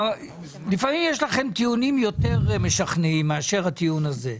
לפעמים יש לכם טיעונים יותר משכנעים מאשר הטיעון הזה.